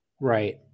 Right